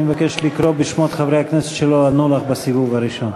אני מבקש לקרוא בשמות חברי הכנסת שלא ענו לך בסיבוב הראשון.